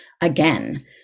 again